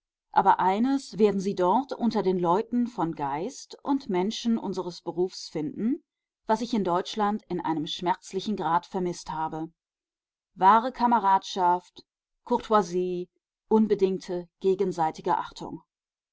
aber eines werden sie dort unter den leuten von geist und menschen unseres berufs finden was ich in deutschland in einem schmerzlichen grad vermißt habe wahre kameradschaft courtoisie unbedingte gegenseitige achtung